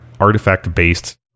artifact-based